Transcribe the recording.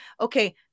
Okay